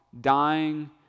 dying